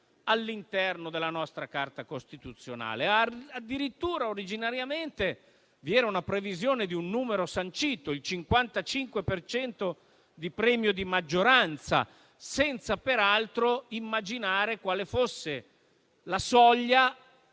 all'interno della nostra Carta costituzionale. Addirittura originariamente vi era una previsione di un numero sancito, il 55 per cento di premio di maggioranza, senza peraltro immaginare quale fosse la soglia